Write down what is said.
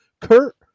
Kurt